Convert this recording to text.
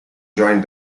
joined